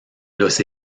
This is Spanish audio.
los